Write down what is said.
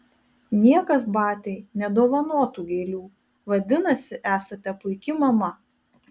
niekas batiai nedovanotų gėlių vadinasi esate puiki mama